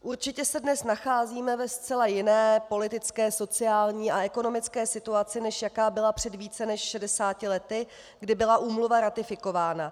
Určitě se dnes nacházíme ve zcela jiné politické, sociální a ekonomické situaci, než jaká byla před více než 60 lety, kdy byla úmluva ratifikována.